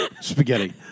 spaghetti